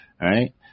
Right